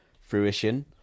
fruition